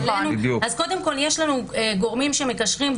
אז קודם כל יש לנו גורמים שמגשרים,